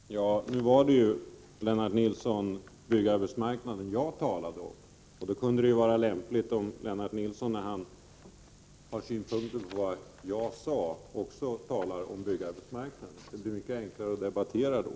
Herr talman! Nu var det, Lennart Nilsson, byggarbetsmarknaden jag talade om. Därför kunde det vara lämpligt att Lennart Nilsson, när han har synpunkter på vad jag sade, också talade om byggarbetsmarknaden. Det blir mycket enklare att debattera då.